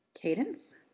Cadence